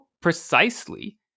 precisely